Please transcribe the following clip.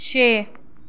छे